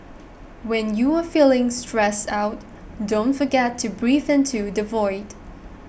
when you are feeling stressed out don't forget to breathe into the void